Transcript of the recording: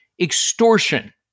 extortion